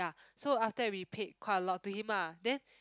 so after that we paid quite a lot to him ah then